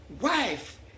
wife